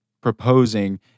proposing